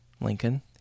lincoln